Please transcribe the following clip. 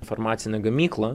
farmacinę gamyklą